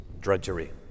drudgery